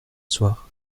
soir